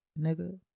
nigga